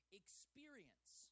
experience